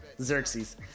Xerxes